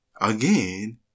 again